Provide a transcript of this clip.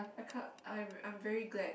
I can't I'm I'm very glad